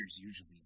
usually